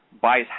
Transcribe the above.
buys